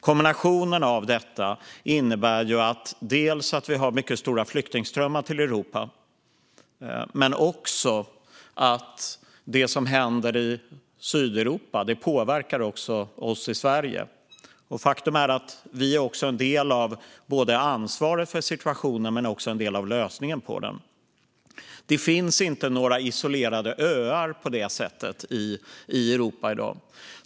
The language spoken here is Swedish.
Kombinationen av detta innebär dels att vi har mycket stora flyktingströmmar till Europa, dels att det som händer i Sydeuropa också påverkar oss i Sverige. Faktum är att vi både är en del av ansvaret för situationen och en del av lösningen på den. Det finns inte några isolerade öar på det sättet i Europa i dag.